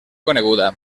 coneguda